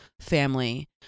family